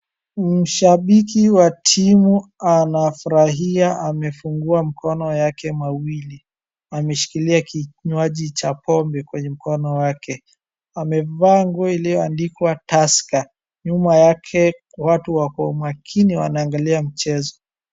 Mshabiki wa timu anafurahia amefungua mikono yake mawii ameshikilia kinywaji chake cha pombe kwenye mkono wake ,amevaa nguo iliyoandikwa tusker nyuma yake watu wako makini wanaangalia mchezo